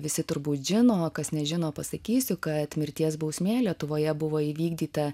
visi turbūt žino kas nežino pasakysiu kad mirties bausmė lietuvoje buvo įvykdyta